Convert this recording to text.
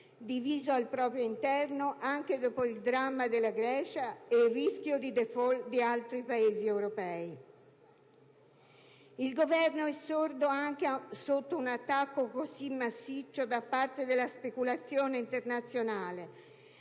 diviso al proprio interno anche dopo il dramma della Grecia ed il rischio di *default* di altri Paesi europei. Il Governo è sordo anche sotto un attacco così massiccio da parte della speculazione internazionale,